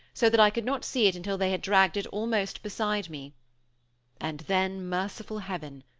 so that i could not see it until they had dragged it almost beside me and then, merciful heaven!